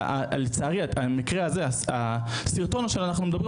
לצערי המקרה הזה הסרטון שאנחנו מדברים